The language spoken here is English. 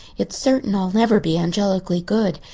it's certain i'll never be angelically good.